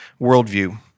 worldview